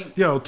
yo